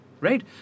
right